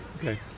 Okay